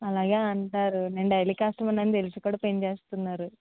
అలాగే అంటారు నేను డైలీ కస్టమర్ ని అని తెలిసి కూడా పెంచేస్తున్నారు